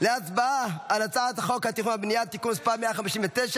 להצבעה על הצעת חוק התכנון והבנייה (תיקון מס' 159),